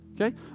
Okay